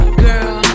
girl